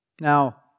Now